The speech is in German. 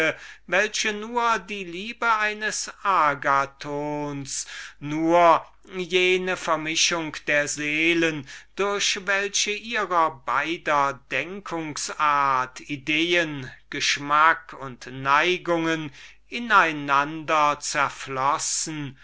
welche nur die liebe eines agathons nur jene vermischung der seelen durch welche ihrer beider denkungsart ideen geschmack und neigungen in einander